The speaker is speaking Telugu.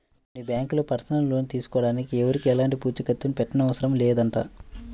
కొన్ని బ్యాంకుల్లో పర్సనల్ లోన్ తీసుకోడానికి ఎవరికీ ఎలాంటి పూచీకత్తుని పెట్టనవసరం లేదంట